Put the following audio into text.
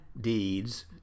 deeds